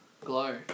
Glow